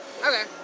Okay